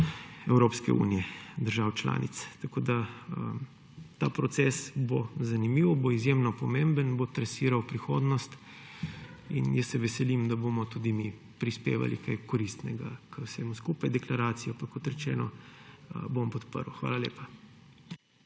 Evropske unije, držav članic. Ta proces bo zanimiv, bo izjemno pomemben, bo trasiral prihodnost in jaz se veselim, da bomo tudi mi prispevali kaj koristnega k vsemu skupaj. Deklaracijo pa, kot rečeno, bom podprl. Hvala lepa.